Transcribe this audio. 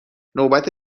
نوبت